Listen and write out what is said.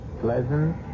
pleasant